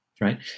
right